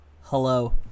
Hello